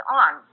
on